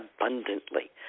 abundantly